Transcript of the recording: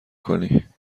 کنی